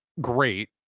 great